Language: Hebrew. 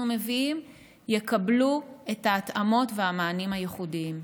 מביאים יקבלו את ההתאמות והמענים הייחודיים.